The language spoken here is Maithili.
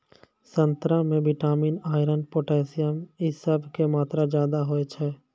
संतरा मे विटामिन, आयरन, पोटेशियम इ सभ के मात्रा ज्यादा होय छै